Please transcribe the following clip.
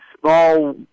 small